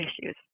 issues